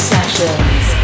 Sessions